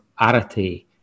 arity